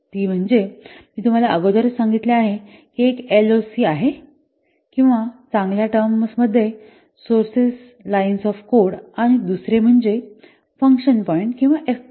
मी तुम्हाला अगोदरच सांगितले आहे की एक एलओसी आहे किंवा चांगल्या टर्म्स मध्ये सोर्सेस लाईन्स ऑफ कोड आणि दुसरे म्हणजे फंक्शन पॉईंट किंवा एफपी